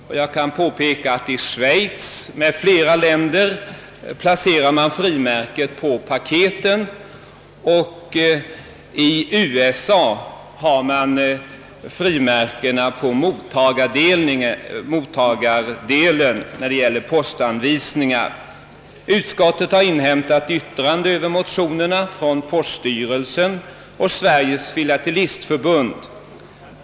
I Schweiz med flera länder placerar man frimärket på paketen och i USA sättes frimärkena på mottagardelen av postanvisningarna. Utskottet har inhämtat yttrande över motionerna från poststyrelsen och Sveriges filatelistförbund.